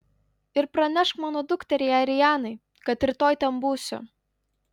ir pranešk mano dukteriai arianai kad rytoj ten būsiu